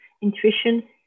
Intuition